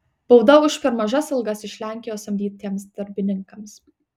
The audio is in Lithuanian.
bauda už per mažas algas iš lenkijos samdytiems darbininkams